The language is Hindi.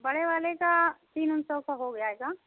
बड़े वाले का तीन उन सौ का हो ग जायेगा